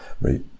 right